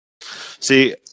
See